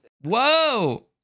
Whoa